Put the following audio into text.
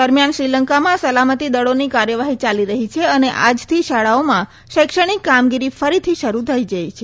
દરમ્યાન શ્રીલંકામાં સલામતી દળોની કાર્યવાહી ચાલી રહી છે અને આજથી શાળાઓમાં શૈક્ષણિક કામગીરી ફરીથી શરૂ થઈ છે